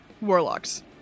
warlocks